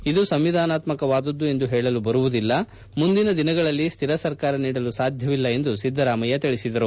ಇದು ಸಂವಿಧಾನಾತ್ಮಕವಾದದ್ದು ಎಂದು ಹೇಳಲು ಬರುವುದಿಲ್ಲ ಮುಂದಿನ ದಿನಗಳಲ್ಲಿ ಶ್ಶಿರ ಸರ್ಕಾರ ನೀಡಲು ಸಾಧ್ಯವಿಲ್ಲ ಎಂದು ಸಿದ್ದರಾಮಯ್ಯ ಹೇಳಿದರು